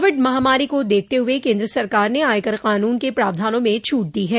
Covid महामारी को देखते हुए केन्द्र सरकार ने आयकर कानून के प्रावधानों में छूट दी है